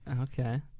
Okay